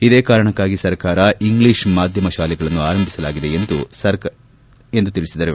ಇದೇ ಕಾರಣಕ್ಕಾಗಿ ಸರ್ಕಾರ ಇಂಗ್ಲೀಷ್ ಮಾಧ್ಯಮ ಶಾಲೆಗಳನ್ನು ಆರಂಭಿಸಲಾಗಿದೆ ಎಂದು ತಿಳಿಸಿದರು